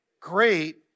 great